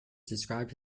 describe